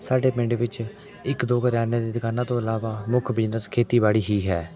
ਸਾਡੇ ਪਿੰਡ ਵਿੱਚ ਇੱਕ ਦੋ ਕਰਿਆਨੇ ਦੀ ਦੁਕਾਨਾਂ ਤੋਂ ਇਲਾਵਾ ਮੁੱਖ ਬਿਜ਼ਨਸ ਖੇਤੀਬਾੜੀ ਹੀ ਹੈ